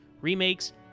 remakes